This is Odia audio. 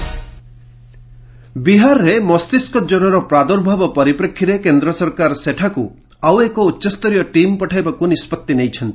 ବିହାର ସେଣ୍ଟର ଟିମ୍ ବିହାରରେ ମସ୍ତିଷ୍କ କ୍ୱରର ପ୍ରାଦୁର୍ଭାବ ପରିପ୍ରେକ୍ଷୀରେ କେନ୍ଦ୍ର ସରକାର ସେଠାକୁ ଆଉ ଏକ ଉଚ୍ଚସ୍ତରୀୟ ଟିମ୍ ପଠାଇବାକୁ ନିଷ୍ପଭି ନେଇଛନ୍ତି